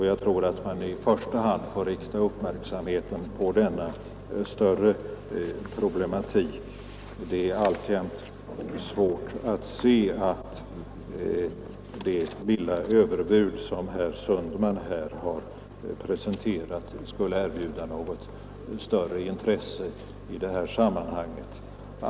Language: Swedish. Jag tror att man i första hand får rikta uppmärksamheten på denna större problematik. Det är alltjämt svårt att se att det lilla överbud som herr Sundman har presenterat skulle erbjuda något större intresse i detta sammanhang.